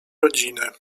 rodziny